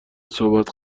صحبت